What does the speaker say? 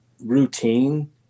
routine